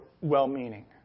well-meaning